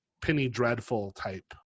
penny-dreadful-type